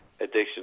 addiction